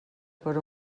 per